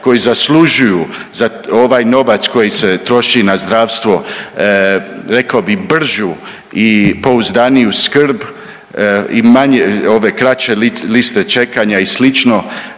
koji zaslužuju ovaj novac koji se troši na zdravstvo rekao bi bržu i pouzdaniju skrb i manje ove kraće liste čekanja i